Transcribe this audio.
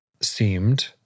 seemed